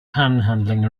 panhandling